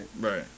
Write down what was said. Right